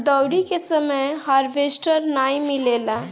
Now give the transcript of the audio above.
दँवरी के समय हार्वेस्टर नाइ मिलेला